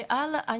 לגבי הלאה,